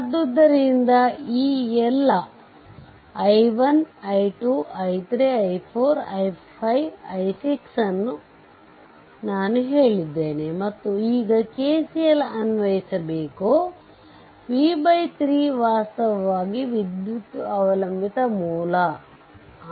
ಆದ್ದರಿಂದ ಈ ಎಲ್ಲಾ i1 i 2 i3 i4 i5 i6 ನಾನು ಹೇಳಿದ್ದೇನೆ ಮತ್ತು ಈಗ KCL ಅನ್ವಯಿಸಿಬೇಕು v 3 ವಾಸ್ತವವಾಗಿ ವಿದ್ಯುತ್ ಅವಲಂಬಿತ ಮೂಲcurrent dependent source